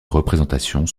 représentations